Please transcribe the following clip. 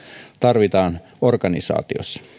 tarvitaan organisaatiossa